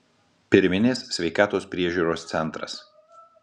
pirminės sveikatos priežiūros centras